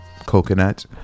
coconut